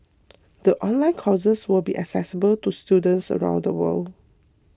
the online courses will be accessible to students around the world